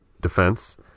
defense